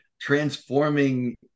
transforming